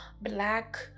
black